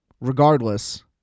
Regardless